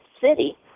city